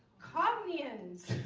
copy ins